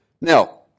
Now